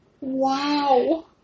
Wow